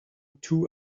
two